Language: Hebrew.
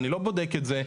אני לא בודק את זה.